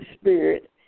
spirit